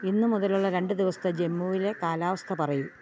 ഇന്ന് മുതലുള്ള രണ്ട് ദിവസത്തെ ജമ്മുവിലെ കാലാവസ്ഥ പറയുക